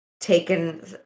taken